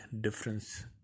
difference